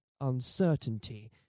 uncertainty